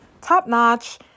top-notch